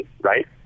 right